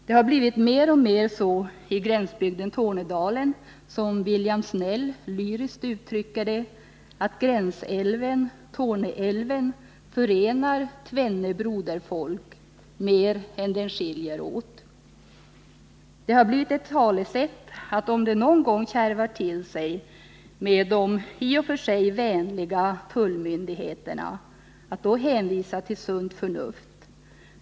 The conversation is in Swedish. Det har i gränsbygden Tornedalen mer och mer blivit så som William Snell lyriskt uttrycker det, att'gränsälven Torneälven förenar tvenne broderfolk mer än den skiljer dem åt. Det har blivit ett talesätt att, om det någon gång kärvar till sig med de i och för sig vänliga tullmyndigheterna, skall man hänvisa till sunt förnuft.